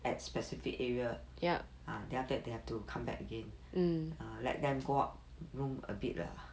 at specific area ah then after that they have to come back again err let them go out room a bit lah